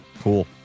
Cool